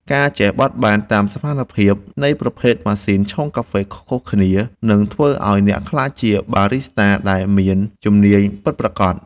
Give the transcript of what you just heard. ការចេះបត់បែនតាមស្ថានភាពនៃប្រភេទម៉ាស៊ីនឆុងកាហ្វេខុសៗគ្នា នឹងធ្វើឱ្យអ្នកក្លាយជាបារីស្តាដែលមានជំនាញពិតប្រាកដ។